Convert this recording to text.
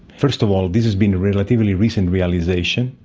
first of all this has been a relatively recent realisation,